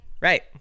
Right